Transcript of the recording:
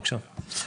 בבקשה.